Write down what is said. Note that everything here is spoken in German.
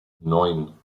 neun